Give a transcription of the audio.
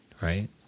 right